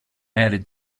added